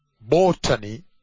botany